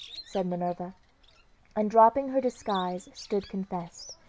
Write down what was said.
said minerva and dropping her disguise stood confessed.